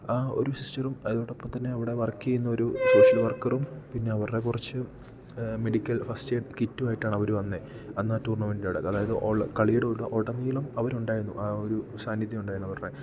ആ ഒരു സിസ്റ്ററും അതോടൊപ്പം തന്നെ അവിടെ വർക്ക് ചെയ്യുന്ന ഒരു സോഷ്യൽ വർക്കറും പിന്നെ അവരുടെ കുറച്ചു മെഡിക്കൽ ഫസ്റ്റ് എയ്ഡ് കിറ്റും ആയിട്ടാണ് അവർ വന്നു അന്ന് ആ ടൂർണമെൻ്റ് നട അതായത് ഓൾ കളിയുടെ ഉട ഉടനീളം അവർ ഉണ്ടായിരുന്നു ആ ഒരു സാന്നിധ്യം ഉണ്ടായിരുന്നു അവരുടെ